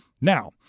Now